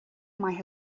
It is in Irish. maith